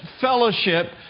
fellowship